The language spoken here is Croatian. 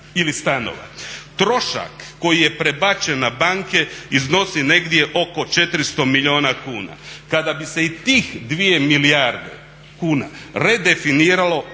Trošak koji je prebačen na banke iznosi negdje oko 400 milijuna kuna. Kada bi se i tih 2 milijarde kuna redefiniralo